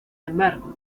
embargo